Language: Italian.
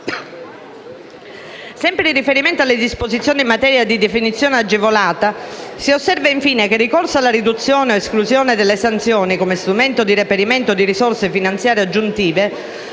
Sempre in riferimento alle disposizioni in materia di definizione agevolata, si osserva infine che il ricorso alla riduzione o esclusione delle sanzioni come strumento di reperimento di risorse finanziarie aggiuntive